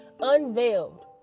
unveiled